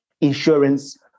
insurance